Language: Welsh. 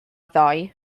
ddoe